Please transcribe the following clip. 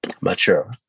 mature